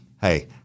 Hey